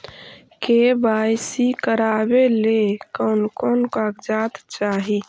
KYC करावे ले कोन कोन कागजात चाही?